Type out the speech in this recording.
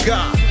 God